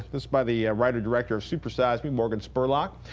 this by the writer, director or super size me, morgan spurlock.